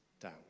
down